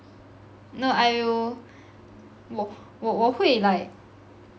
no I will 我我会 like